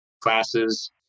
classes